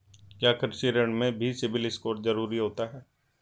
क्या कृषि ऋण में भी सिबिल स्कोर जरूरी होता है?